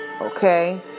Okay